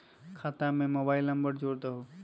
खाता में mobile number जोड़ दहु?